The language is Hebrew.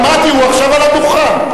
שמעתי, הוא עכשיו על הדוכן.